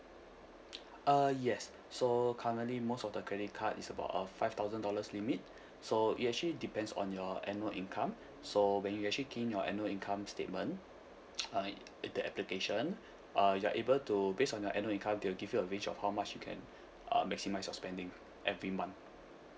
uh yes so currently most of the credit card is about err five thousand dollars limit so it actually depends on your annual income so when you actually key in your annual income statement uh in the application uh you're able to based on your annual income they'll give you a range of how much you can uh maximise your spending every month